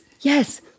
yes